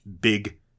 big